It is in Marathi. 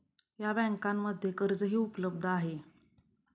या बँकांमध्ये कर्जही उपलब्ध आहे